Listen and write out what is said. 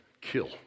kill